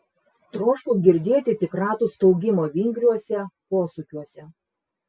troškau girdėti tik ratų staugimą vingriuose posūkiuose